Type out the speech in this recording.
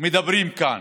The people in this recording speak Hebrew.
מדברת כאן,